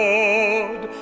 Lord